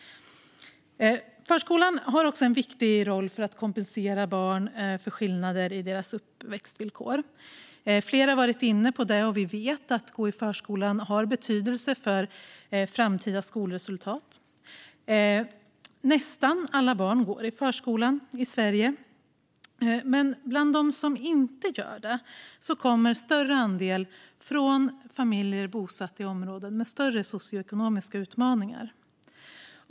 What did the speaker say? Förskolan har också en viktig roll för att kompensera barn för skillnader i deras uppväxtvillkor. Flera har varit inne på det. Vi vet att gå i förskolan har betydelse för framtida skolresultat. Nästan alla barn går i förskolan i Sverige. Men bland dem som inte gör det kommer en större andel från familjer bosatta i områden med större socioekonomiska utmaningar.